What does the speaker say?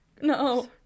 No